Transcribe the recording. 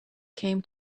came